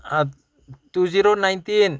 two zero nineteen